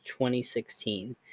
2016